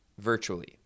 virtually